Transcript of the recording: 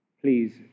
Please